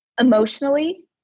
emotionally